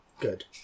good